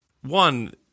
one